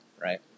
Right